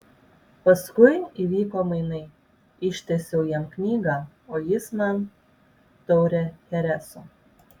paskui įvyko mainai ištiesiau jam knygą o jis man taurę chereso